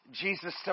Jesus